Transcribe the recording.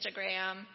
Instagram